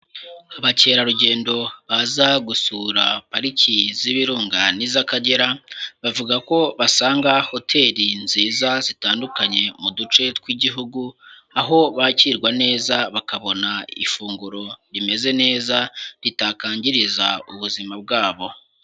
Abakerarugendo baza gusura pariki z'ibirunga n'iz'Akagera bavuga ko basanga hoteli nziza zitandukanye mu duce tw'Igihugu, aho bakirwa neza bakabona ifunguro rimeze neza ritakangiriza ubuzima bwabo.